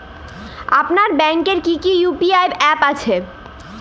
আপনার ব্যাংকের কি কি ইউ.পি.আই অ্যাপ আছে?